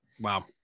Wow